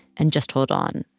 and just hold on.